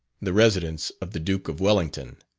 the residence of the duke of wellington,